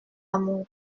amour